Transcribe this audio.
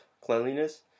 cleanliness